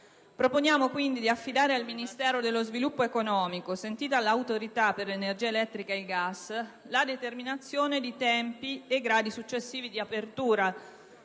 Proponiamo, quindi, di affidare al Ministero dello sviluppo economico, sentita l'Autorità per l'energia elettrica ed il gas, la determinazione di tempi e gradi successivi di apertura.